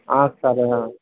ಆಂ sir ಆಂ